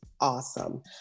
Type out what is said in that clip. awesome